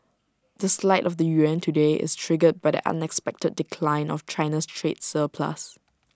the slide of the yuan today is triggered by the unexpected decline in China's trade surplus